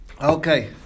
Okay